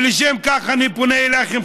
ולשם כך אני פונה אליכם,